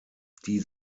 die